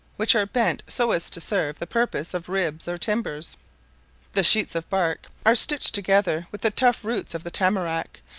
which are bent so as to serve the purpose of ribs or timbers the sheets of bark are stitched together with the tough roots of the tamarack,